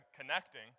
connecting